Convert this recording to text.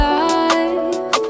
life